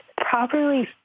properly